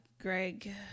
Greg